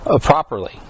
properly